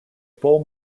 full